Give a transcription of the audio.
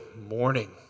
morning